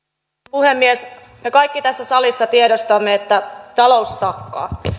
puhemies me kaikki tässä salissa tiedostamme että talous sakkaa